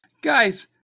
Guys